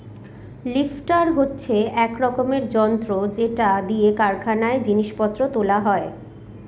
lifter হচ্ছে এক রকমের যন্ত্র যেটা দিয়ে কারখানায় জিনিস পত্র তোলা হয়